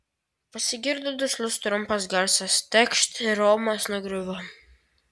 pasigirdo duslus trumpas garsas tekšt ir romas nugriuvo